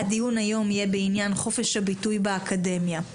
הדיון היום יהיה בעניין חופש הביטוי באקדמיה.